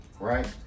Right